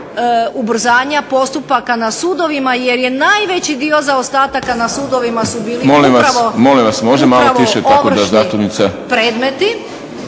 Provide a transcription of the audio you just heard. ubrzanja postupaka na sudovima, jer je najveći dio zaostataka na sudovima su bili upravo. **Šprem,